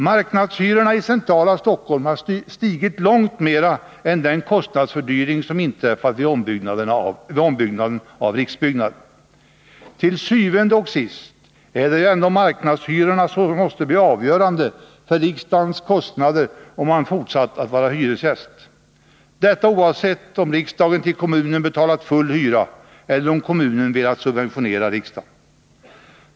Marknadshyrorna i centrala Stockholm har stigit ännu mera än de kostnader som fördyrats vid ombyggnaden av riksbyggnaderna. Til syvende og sidst är det ändå marknadshyrorna som blir avgörande för riksdagens kostnader om man fortsätter att vara hyresgäst — detta oavsett om riksdagen till kommunen betalar full hyra eller om kommunen subventionerar riksdagen.